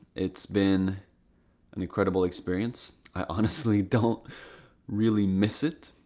it's been an incredible experience. i honestly don't really miss it,